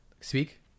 Speak